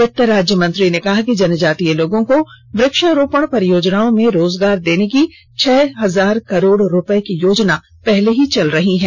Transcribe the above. वित्त राज्य मंत्री ने कहा कि जनजातीय लोगों को वक्षारोपण परियोजनाओं में रोजगार देने की छह हजार करोड रुपये की योजना पहले ही चल रही है